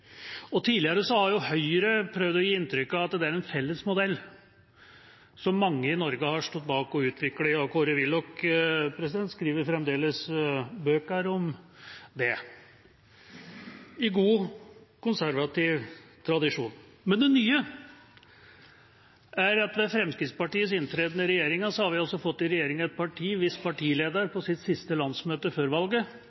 og tidligere har Høyre prøvd å gi inntrykk av at det er en felles modell som mange i Norge har stått bak og utviklet. Ja, Kåre Willoch skriver fremdeles bøker om det i god konservativ tradisjon. Men det nye er at med Fremskrittspartiets inntreden i regjeringa har vi fått et regjeringsparti hvis partileder på sitt siste landsmøte før valget